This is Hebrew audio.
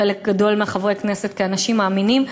חלק גדול מחברי הכנסת כאנשים מאמינים,